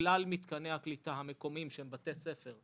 אנחנו ממפים את כל מתקני הקליטה המקומיים שהם בתי ספר,